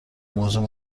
موضوع